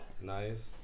Nice